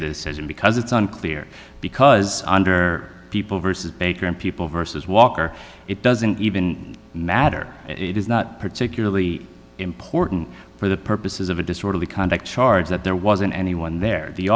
session because it's unclear because under people versus baker and people versus walker it doesn't even matter it is not particularly important for the purposes of a disorderly conduct charge that there wasn't anyone there the